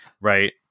right